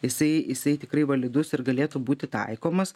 jisai jisai tikrai validus ir galėtų būti taikomas